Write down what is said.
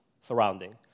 surrounding